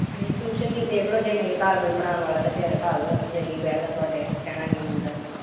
ਹਾਂਜੀ ਟਿਊਸ਼ਨ ਦੀ ਦੇਖ ਲਓ ਜੇ ਨਹੀਂ ਘਰ ਕੋਈ ਪੜ੍ਹਾਉਣ ਵਾਲਾ ਤਾਂ ਫਿਰ ਰਖਵਾ ਦਿਓ ਜੇ ਨਹੀਂ ਬੈਠਦਾ ਤੁਹਾਡੇ ਕਹਿਣਾ ਨਹੀਂ ਮੰਨਦਾ ਤਾਂ